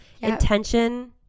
Intention